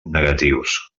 negatius